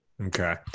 Okay